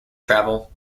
travel